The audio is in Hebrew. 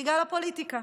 בגלל הפוליטיקה,